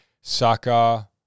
Saka